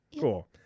Cool